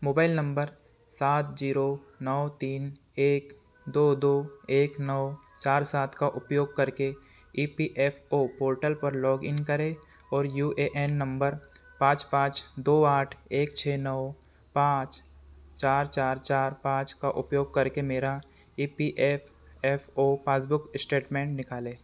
mobile number सात zero नौ तीन एक दो दो एक नौ चार सात का उपयोग करके E P F O portal पर लॉग इन करें और यू ए एन नंबर पाँच पाँच दो आठ एक छेह नौ पाँच चार चार चार पाँच का उपयोग करके मेरा E P F F O passbook statement निकालें